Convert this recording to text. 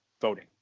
voting